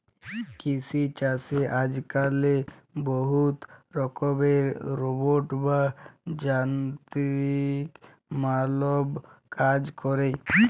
কিসি ছাসে আজক্যালে বহুত রকমের রোবট বা যানতিরিক মালব কাজ ক্যরে